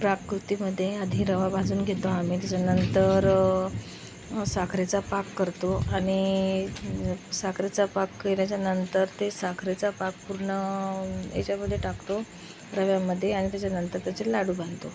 पाककृतीमध्ये आधी रवा भाजून घेतो आम्ही त्याच्यानंतर साखरेचा पाक करतो आणि साखरेचा पाक केल्याच्यानंतर ते साखरेचा पाक पूर्ण याच्यामध्ये टाकतो रव्यामध्ये आणि त्याच्यानंतर त्याचे लाडू बांधतो